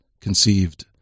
conceived